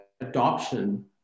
adoption